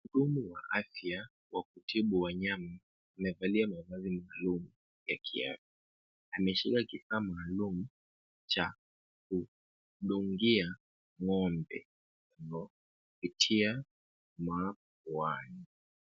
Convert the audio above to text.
Mhudumu wa afya wa kutibu wanyama amevalia mavazi maalum ya kiafya. Ameshika kifaa maalum cha kudungia ng'ombe huyo kupitia mawani .